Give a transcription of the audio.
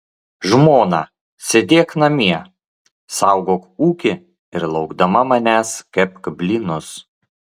žmona sėdėk namie saugok ūkį ir laukdama manęs kepk blynus